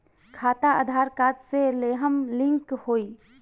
खाता आधार कार्ड से लेहम लिंक होई?